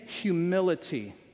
humility